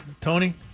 Tony